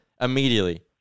immediately